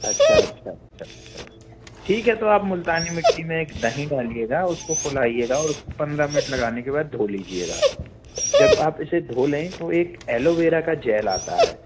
अच्छा अच्छा अच्छा अच्छा ठीक है तो आप मुल्तानी मिट्टी में एक दही डालिएगा उसको फुलाइएगा और उसको पंद्रह मिनट लगाने के बाद धो लीजिएगा जब आप इसे धो लें तो एक एलोवेरा का जेल आता है